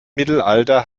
mittelalter